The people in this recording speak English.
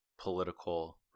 political